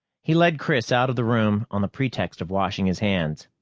he led chris out of the room on the pretext of washing his hands.